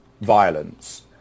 violence